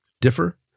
differ